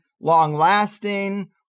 long-lasting